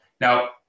Now